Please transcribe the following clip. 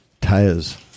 Tires